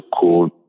cool